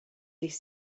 dydd